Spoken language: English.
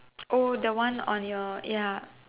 oh the one on your ya